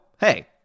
hey